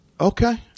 Okay